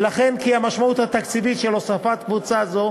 וכן כי המשמעות התקציבית של הוספת קבוצה זו